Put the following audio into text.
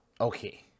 Okay